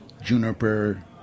juniper